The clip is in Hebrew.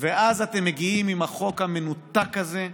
ואז אתם מגיעים עם החוק המנותק הזה.